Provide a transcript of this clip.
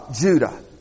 Judah